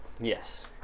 Yes